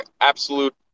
absolute